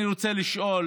אני רוצה לשאול: